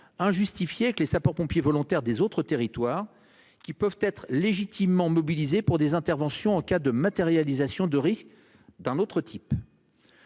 injustifiée que les sapeurs-pompiers volontaires des autres territoires qui peuvent être légitimement mobilisés pour des interventions en cas de matérialisation de risques d'un autre type.